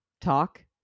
talk